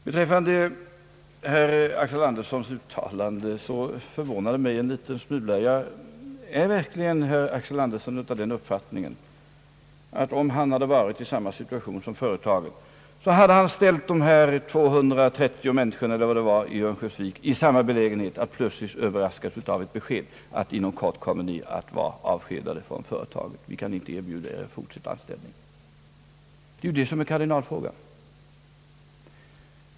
Herr Axel Anderssons uttalande förvånar mig en smula. Är verkligen herr Andersson av den uppfattningen att om han hade varit i samma situation som företaget så hade han ställt dessa 230 människor i Örnsköldsvik i samma belägenhet, nämligen att plötsligt överraskas av beskedet att de inom kort skulle komma att avskedas, att de inte kunde erbjudas fortsatt anställning? Det är ju detta som är kardinalfrågan.